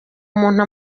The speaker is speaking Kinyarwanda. muntu